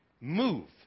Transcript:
move